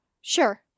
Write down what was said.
sure